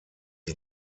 die